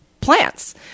plants